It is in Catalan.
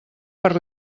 per